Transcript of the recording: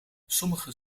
sommige